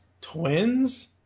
Twins